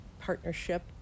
partnership